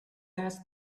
has